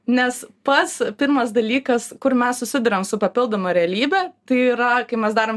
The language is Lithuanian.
nes pats pirmas dalykas kur mes susiduriam su papildoma realybe tai yra kai mes darom